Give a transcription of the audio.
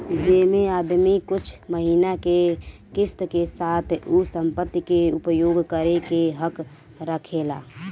जेमे आदमी कुछ महिना के किस्त के साथ उ संपत्ति के उपयोग करे के हक रखेला